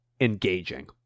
engaging